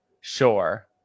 sure